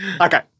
Okay